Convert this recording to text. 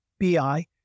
BI